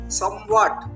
somewhat